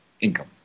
income